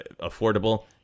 affordable